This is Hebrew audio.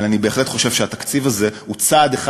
אבל אני בהחלט חושב שהתקציב הזה הוא צעד אחד